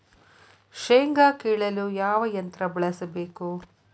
ಶೇಂಗಾ ಕೇಳಲು ಯಾವ ಯಂತ್ರ ಬಳಸಬೇಕು?